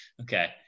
Okay